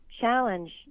challenge